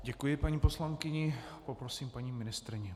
Děkuji paní poslankyni, poprosím paní ministryni.